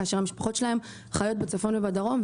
כאשר המשפחות שלהם חיות בצפון ובדרום,